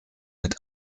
mit